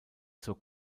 zur